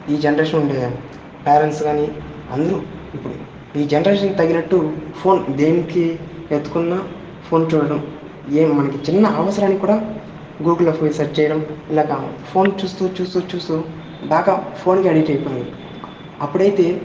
ఈ జెనరేషన్ ఉండే పేరెంట్స్ కానీ అందరూ ఇప్పుడు ఈ జనరేషన్ తగినట్టు ఫోన్ దేనికి ఎత్తుకున్నా ఫోన్ చూడడం ఏ మనకి చిన్న అవసరానికి కూడా గూగుల్లో పోయి సర్చ్ చేయడం ఇలాగ ఫోన్ చూస్తూ చూస్తూ చూస్తూ బాగా ఫోన్కి అడిక్ట్ అయిపోయారు అప్పుడయితే